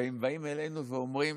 והם באים אלינו ואומרים,